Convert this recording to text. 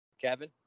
Kevin